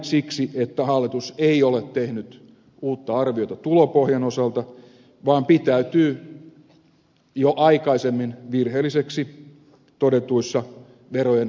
siksi että hallitus ei ole tehnyt uutta arviota tulopohjan osalta vaan pitäytyy jo aikaisemmin virheelliseksi todetuissa verojen alentamispäätöksissään